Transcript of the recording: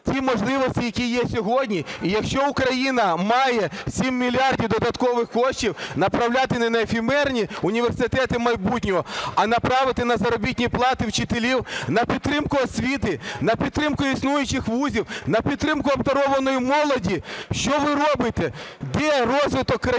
ті можливості, які є сьогодні, і якщо Україна має 7 мільярдів додаткових коштів, направляти на не ефемерні університети майбутнього, а направити на заробітні плати вчителів, на підтримку освіти, на підтримку існуючих вузів, на підтримку обдарованої молоді? Що ви робите, де розвиток країни?